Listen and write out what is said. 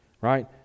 right